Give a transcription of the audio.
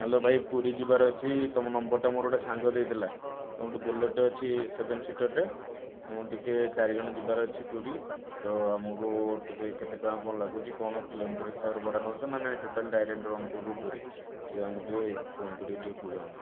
hello ଭାଇ ପୁରୀ ଯିବାର ଅଛି ତୁମ ନମ୍ବରଟା ମୋର ଗୋଟିଏ ସାଙ୍ଗ ଦେଇଥିଲା ତୁମର ଗୋଟିଏ ବୋଲେରୋଟିଏ ଅଛି ସେଭେନ ସିଟରଟିଏ ଆମକୁ ଟିକିଏ ଚାରି ଜଣ ଯିବାର ଅଛି ପୁରୀ ତ ଆମକୁ ଟିକିଏ କେତେ ଟଙ୍କା କ'ଣ ଲାଗୁଛି କ'ଣ କିଲୋମିଟର ହିସାବରେ ଭଡ଼ା ନେଉଛ ନା ନାହିଁ ଟୋଟାଲ ଡାଇରେକ୍ଟ ରଣପୁରରୁ ପୁରୀ ଟିକିଏ ଆମକୁ ଟିକିଏ ଫୋନ୍ କରିକି ଟିକିଏ ଜଣାନ୍ତୁ